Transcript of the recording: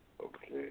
Okay